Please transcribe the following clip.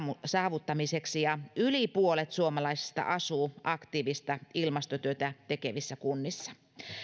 saavuttamiseksi ja yli puolet suomalaisista asuu aktiivista ilmastotyötä tekevissä kunnissa